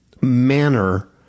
manner